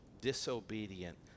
disobedient